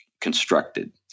constructed